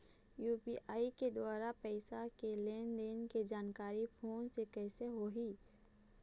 UPI के द्वारा पैसा के लेन देन के जानकारी फोन से कइसे होही?